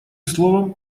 словом